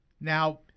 Now